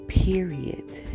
Period